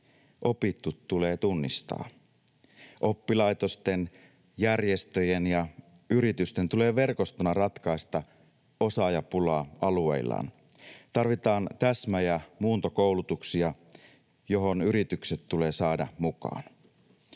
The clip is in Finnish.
Opittu tulee tunnistaa. Oppilaitosten, järjestöjen ja yritysten tulee verkostona ratkaista osaajapulaa alueillaan. Tarvitaan täsmä- ja muuntokoulutuksia, joihin yritykset tulee saada mukaan.